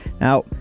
Now